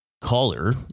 Caller